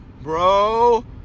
Bro